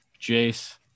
jace